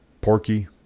Porky